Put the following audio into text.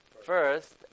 first